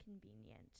convenient